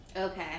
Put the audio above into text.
Okay